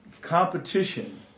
competition